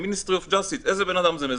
"ministry of justice" איזה בן-אדם זה מזהה?